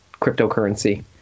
cryptocurrency